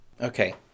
Okay